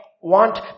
want